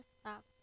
Stop